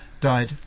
died